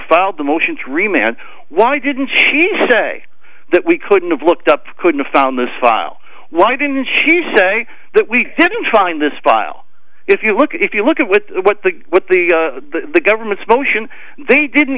filed the motion three man why didn't she say that we couldn't have looked up couldn't found this file why didn't she say that we didn't find this file if you look if you look at what the what the the government's motion they didn't